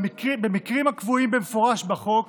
במקרים הקבועים במפורש בחוק,